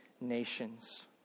nations